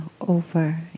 over